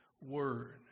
word